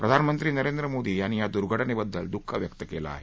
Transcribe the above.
प्रधानमंत्री नरेंद्र मोदी यांनी या दुर्घटनेबद्दल दुःख व्यक्त केलं आहे